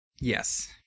Yes